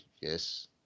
Yes